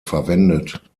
verwendet